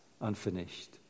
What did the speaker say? unfinished